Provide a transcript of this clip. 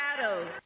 shadows